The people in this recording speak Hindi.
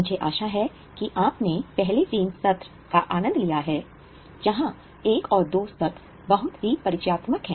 मुझे आशा है कि आपने पहले तीन सत्र का आनंद लिया है जहां 1 और 2 सत्र बहुत ही परिचयात्मक है